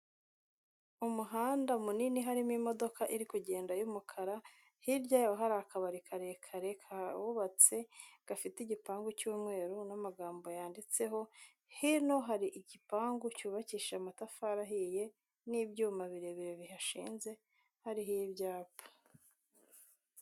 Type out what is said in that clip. Umuhanda munini harimo imodoka iri kugenda y'umukara, hirya yawo hari akabari karekare kabubatse gafite igipangu cy'umweru n'amagambo yanditseho, hino hari igipangu cyubakisha amatafari ahiye n'ibyuma birebire bihashinze hariho ibyapa.